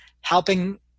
Helping